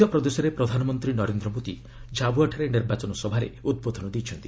ମଧ୍ୟପ୍ରଦେଶରେ ପ୍ରଧାନମନ୍ତ୍ରୀ ନରେନ୍ଦ୍ର ମୋଦି ଝାବୁଆଠାରେ ନିର୍ବାଚନ ସଭାରେ ଉଦ୍ବୋଧନ ଦେଇଛନ୍ତି